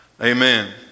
Amen